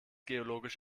geologisch